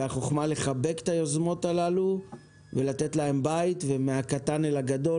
והחוכמה היא לחבק את היוזמות הללו ולתת להן בית ומהקטן אל הגדול,